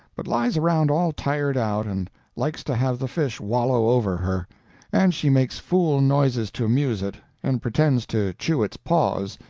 but lies around all tired out, and likes to have the fish wallow over her and she makes fool noises to amuse it, and pretends to chew its paws,